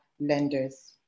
lenders